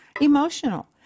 emotional